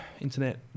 internet